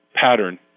pattern